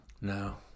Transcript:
No